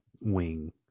wing